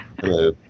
Hello